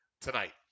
tonight